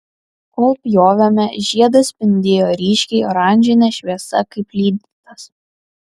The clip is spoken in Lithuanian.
kol pjovėme žiedas spindėjo ryškiai oranžine šviesa kaip lydytas